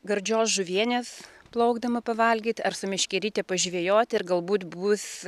gardžios žuvienės plaukdama pavalgyt ar su meškeryte pažvejot ir galbūt bus